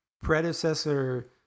predecessor